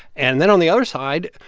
and then on the other side,